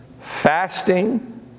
fasting